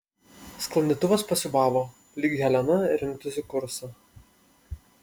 sklandytuvas pasiūbavo lyg helena rinktųsi kursą